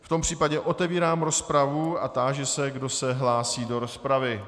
V tom případě otevírám rozpravu a táži se, kdo se hlásí do rozpravy.